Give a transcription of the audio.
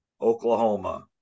Oklahoma